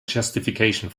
justification